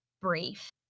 brief